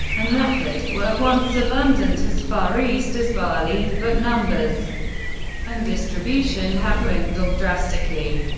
and leopard, were once abundant as far east as bali, but numbers and distribution have dwindled drastically.